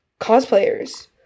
cosplayers